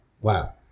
Wow